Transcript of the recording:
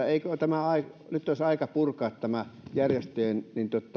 eikö nyt olisi aika purkaa tämä järjestöjen